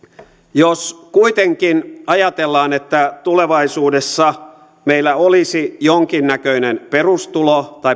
jos kuitenkin ajatellaan että tulevaisuudessa meillä olisi jonkinnäköinen perustulo tai